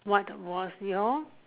what was your